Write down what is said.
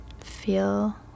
feel